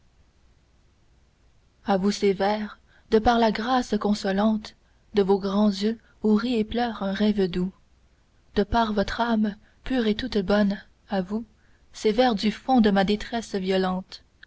vous ces vers de par la grâce consolante de vos grands yeux où rit et pleure un rêve doux de par votre âme pure et toute bonne à vous ces vers du fond de ma détresse violente